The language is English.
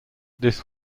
this